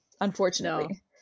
unfortunately